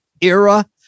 era